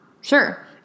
Sure